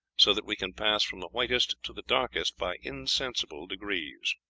so that we can pass from the whitest to the darkest by insensible degrees.